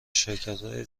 شرکتهای